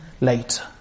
later